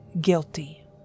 guilty